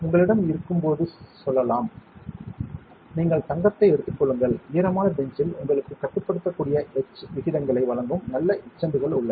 உங்களிடம் இருக்கும் போது சொல்லலாம் நீங்கள் தங்கத்தை எடுத்துக் கொள்ளுங்கள் ஈரமான பெஞ்சில் உங்களுக்குக் கட்டுப்படுத்தக்கூடிய எட்ச் விகிதங்களை வழங்கும் நல்ல எச்சண்ட்கள் உள்ளன